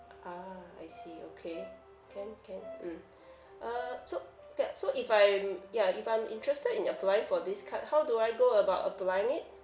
ah I see okay can can mm uh so K so if I am ya if I'm interested in applying for this card how do I go about applying it